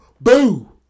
Boo